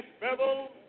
Bevel